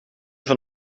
van